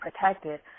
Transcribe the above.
protected